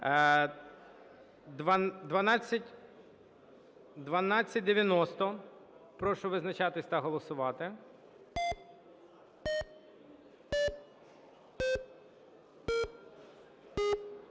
1290. Прошу визначатись та голосувати.